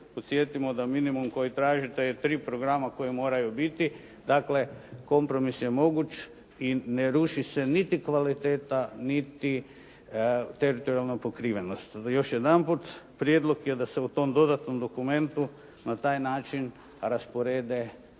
podsjetimo da minimum koji tražite je tri programa koji moraju biti, dakle kompromis je moguć i ne ruši se niti kvaliteta, niti teritorijalna pokrivenost. Još jedanput, prijedlog je da se u tom dodatnom dokumentu na taj način rasporede i programi